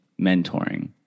mentoring